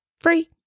Free